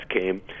came